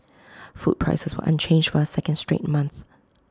food prices were unchanged for A second straight month